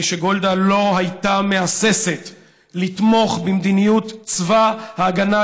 הרי שגולדה לא הייתה מהססת לתמוך במדיניות צבא ההגנה